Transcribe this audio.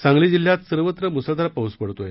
सांगली जिल्ह्यात सर्वत्र मुसळधार पाऊस पडत आहे